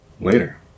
Later